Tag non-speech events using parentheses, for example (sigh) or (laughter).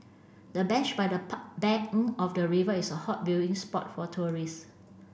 the bench by the (unintelligible) bank of the river is a hot viewing spot for tourists